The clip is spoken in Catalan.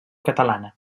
catalana